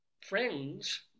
Friends